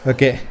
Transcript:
Okay